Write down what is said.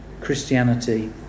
Christianity